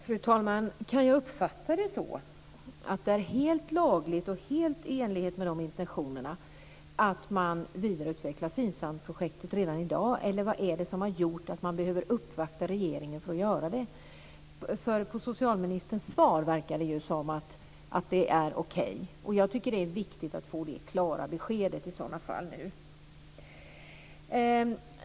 Fru talman! Kan jag uppfatta det så att det är helt lagligt och helt i enlighet med intentionerna att FIN SAM-projektet utvecklas vidare redan i dag, eller vad är det som har gjort att man behöver uppvakta regeringen? Det verkar okej på socialministerns svar. Det är viktigt att få ett klart besked nu.